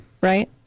right